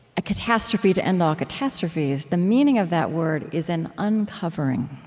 a catastrophe to end all catastrophes. the meaning of that word is an uncovering.